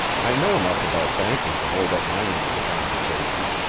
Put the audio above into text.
i know enough about banking to hold up my end of the conversation.